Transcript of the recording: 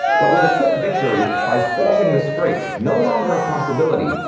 but with a quick victory by forcing the straits no longer a possibility,